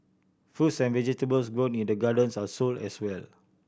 fruits and vegetables grown in the gardens are sold as well